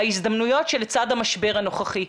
ההזדמנויות שלצד המשבר הנוכחי.